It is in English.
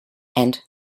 and